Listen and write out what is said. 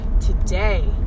today